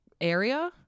area